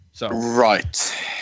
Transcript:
Right